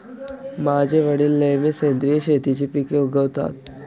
माझे वडील नेहमी सेंद्रिय शेतीची पिके उगवतात